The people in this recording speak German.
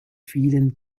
vielen